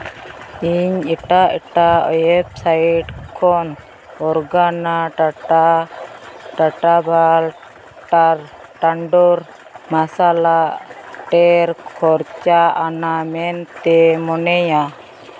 ᱤᱧ ᱮᱴᱟᱜ ᱮᱴᱟᱜ ᱳᱭᱮᱵ ᱥᱟᱹᱭᱤᱴ ᱠᱷᱚᱱ ᱚᱨᱜᱟᱱᱟ ᱴᱟᱴᱟ ᱴᱟᱴᱟ ᱵᱷᱟᱞ ᱴᱟᱨᱠ ᱴᱟᱱᱰᱳᱨ ᱢᱚᱥᱟᱞᱟ ᱰᱷᱮᱨ ᱠᱷᱚᱨᱪᱟ ᱟᱱᱟ ᱢᱮᱱᱛᱮᱧ ᱢᱚᱱᱮᱭᱟ